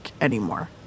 anymore